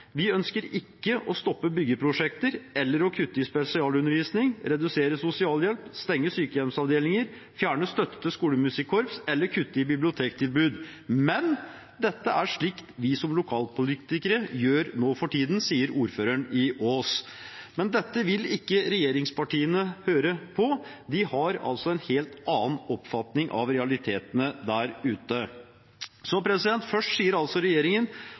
Vi ønsker ikke å stoppe byggeprosjekter eller å kutte i spesialundervisning, redusere sosialhjelp, stenge sykehjemsavdelinger, fjerne støtte til skolemusikkorps eller kutte i bibliotektilbud, men dette er slikt vi som lokalpolitikere gjør nå for tiden. Det sier ordføreren i Ås, men dette vil ikke regjeringspartiene høre på. De har altså en helt annen oppfatning av realitetene der ute. Først sier regjeringen